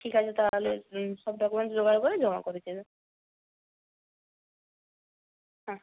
ঠিক আছে তাহলে সব ডকুমেন্টস জোগাড় করে জমা করে হ্যাঁ